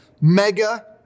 Mega